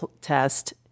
test